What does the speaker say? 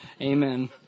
Amen